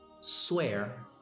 Swear